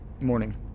morning